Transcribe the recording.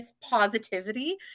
positivity